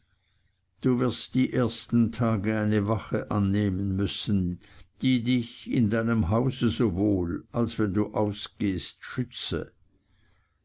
du wirst auf die ersten tage eine wache annehmen müssen die dich in deinem hause sowohl als wenn du ausgehst schütze